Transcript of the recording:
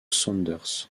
saunders